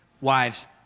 Wives